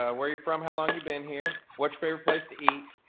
ah where are you from? how long you been here? which favorite place to eat?